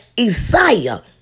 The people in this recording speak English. Isaiah